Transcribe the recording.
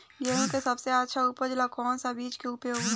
गेहूँ के सबसे अच्छा उपज ला कौन सा बिज के उपयोग होला?